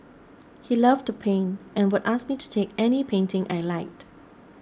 he loved to paint and would ask me to take any painting I liked